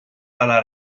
dalla